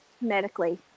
medically